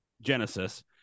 Genesis